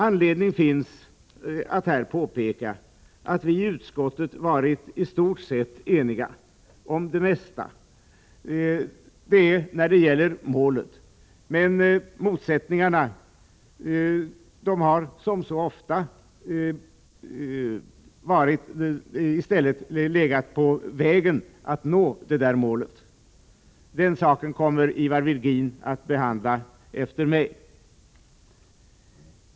Anledning finns att här påpeka att vi i utskottet varit i stort sett eniga om det mesta när det gäller målet. Men motsättningarna har, som så ofta, i stället gällt vägen till målet. Den saken kommer Ivar Virgin att behandla efter mig.